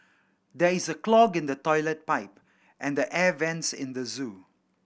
there is a clog in the toilet pipe and the air vents in the zoo